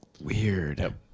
Weird